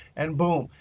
and boom.